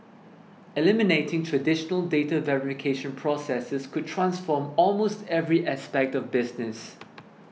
eliminating traditional data verification processes could transform almost every aspect of business